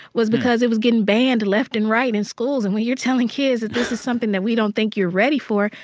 was because it was getting banned left and right in schools. and when you're telling kids that this is something that we don't think you're ready for,